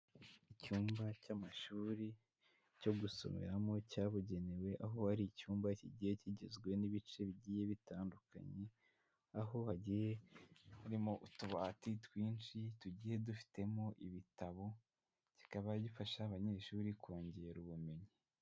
Icyumba cy'amashuri cyo gusomeramo cyabugenewe, aho ari icyumba kigiye kigizwe n'ibice bigiye bitandukanye, aho bagiye harimo utubati twinshi tugiye dufitemo ibitabo kikaba gifasha abanyeshuri kongera ubumenyi.